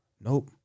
nope